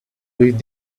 with